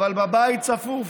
אבל בבית צפוף,